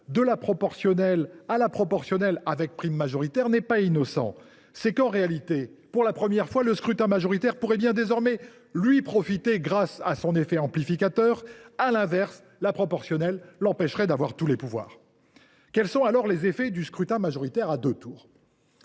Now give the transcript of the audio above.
de la proportionnelle vers la proportionnelle avec prime majoritaire, n’est pas innocent. C’est que, en réalité, pour la première fois, le scrutin majoritaire pourrait bien désormais lui profiter grâce à son effet amplificateur. À l’inverse, la proportionnelle l’empêcherait d’avoir tous les pouvoirs. Quels sont alors les effets du scrutin majoritaire à deux tours ?